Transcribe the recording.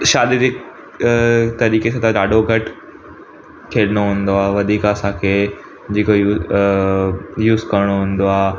शारीरिक अ तरीके सां त ॾाढो घटि खेॾिणो हूंदो आहे वधीक असांखे जेको यूस अ यूस करिणो हूंदो आहे